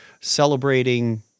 celebrating